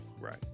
Right